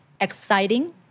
Exciting